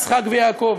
יצחק ויעקב,